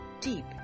deep